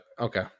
Okay